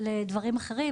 לדברים אחרים,